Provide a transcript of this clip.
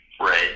Right